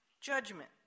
judgment